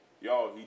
Y'all